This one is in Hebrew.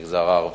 הן המגזר הערבי.